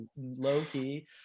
low-key